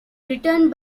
written